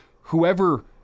whoever